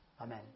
Amen